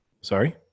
sorry